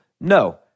No